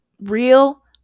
Real